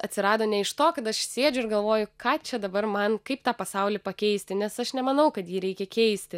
atsirado ne iš to kad aš sėdžiu ir galvoju ką čia dabar man kaip tą pasaulį pakeisti nes aš nemanau kad jį reikia keisti